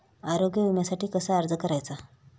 आरोग्य विम्यासाठी कसा अर्ज करायचा?